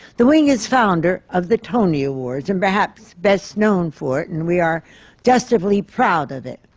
the wing is founder of the tony awards, and perhaps best known for it, and we are justly proud of it.